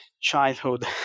childhood